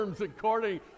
according